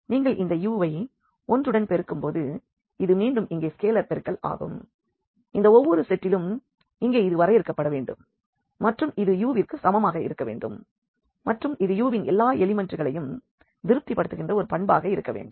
நீங்கள் இந்த u வை இந்த 1 உடன் பெருக்கும்போது இது மீண்டும் இங்கே ஸ்கேலர் பெருக்கல் ஆகும் இந்த ஒவ்வொரு செட்டிலும் இங்கே இது வரையறுக்கப்பட வேண்டும் மற்றும் இது u விற்கு சமமாக இருக்க வேண்டும் மற்றும் இது u வின் எல்லா எலிமெண்ட்களையும் திருப்திபடுத்துகின்ற ஒரு பண்பாக இருக்க வேண்டும்